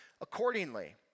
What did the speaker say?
Accordingly